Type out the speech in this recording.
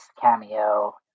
cameo